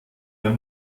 mehr